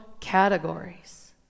categories